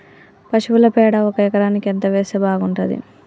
పశువుల పేడ ఒక ఎకరానికి ఎంత వేస్తే బాగుంటది?